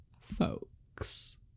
folks